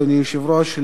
אדוני היושב-ראש,